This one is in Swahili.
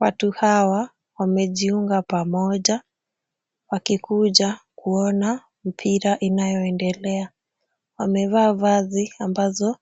Watu hawa wamejiunga pamoja wakikuja kuona mpira inayoendelea. Wamevaa vazi ambazo